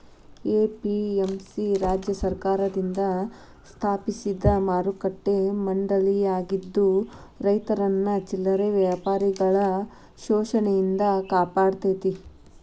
APMC ರಾಜ್ಯ ಸರ್ಕಾರದಿಂದ ಸ್ಥಾಪಿಸಿದ ಮಾರುಕಟ್ಟೆ ಮಂಡಳಿಯಾಗಿದ್ದು ರೈತರನ್ನ ಚಿಲ್ಲರೆ ವ್ಯಾಪಾರಿಗಳ ಶೋಷಣೆಯಿಂದ ಕಾಪಾಡತೇತಿ